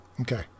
Okay